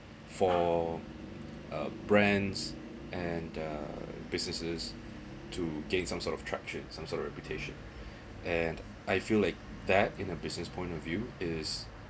for uh brands and uh businesses to gain some sort of traction some sort reputation and I feel like that in a business point of view is